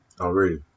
Already